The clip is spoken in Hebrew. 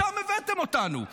לשם הבאתם אותנו.